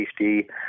safety